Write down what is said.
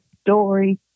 story